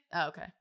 okay